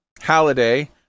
Halliday